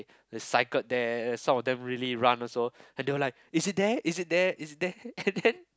they cycled there some of them really run also and they were like it is there it is there it is there and then